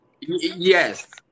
yes